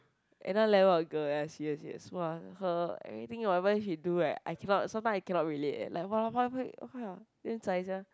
another level of girl yes yes yes !wah! her everything whatever she do eh I cannot sometime I cannot relate eh like